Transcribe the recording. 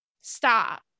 Stop